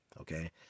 okay